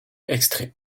extrait